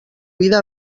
vida